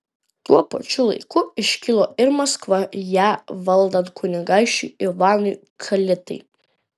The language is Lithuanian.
tuo pačiu laiku iškilo ir maskva ją valdant kunigaikščiui ivanui kalitai